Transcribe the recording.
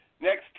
next